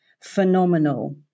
phenomenal